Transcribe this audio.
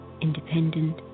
independent